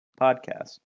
podcast